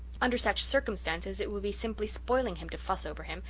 under such circumstances it would be simply spoiling him to fuss over him,